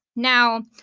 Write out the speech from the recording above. now,